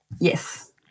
Yes